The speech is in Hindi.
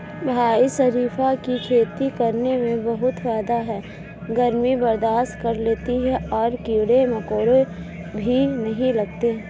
भाई शरीफा की खेती करने में बहुत फायदा है गर्मी बर्दाश्त कर लेती है और कीड़े मकोड़े भी नहीं लगते